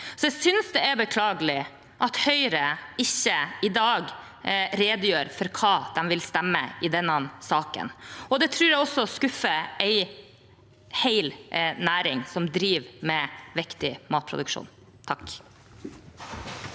jeg synes det er beklagelig at Høyre ikke i dag redegjør for hva de vil stemme i denne saken. Det tror jeg også skuffer en hel næring som driver med viktig matproduksjon.